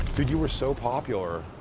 dude, you were so popular.